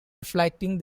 reflecting